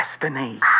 destiny